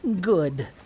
Good